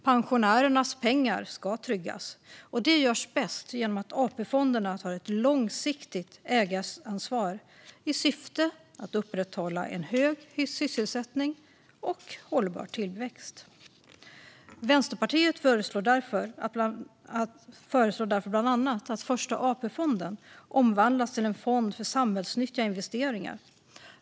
Pensionärernas pengar ska tryggas, och detta görs bäst genom att AP-fonderna tar ett långsiktigt ägaransvar i syfte att upprätthålla en hög sysselsättning och hållbar tillväxt. Vänsterpartiet föreslår därför bland annat att Första AP-fonden omvandlas till en fond för samhällsnyttiga investeringar.